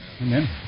Amen